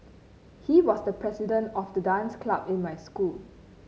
he was the president of the dance club in my school